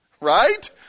right